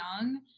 young